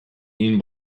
این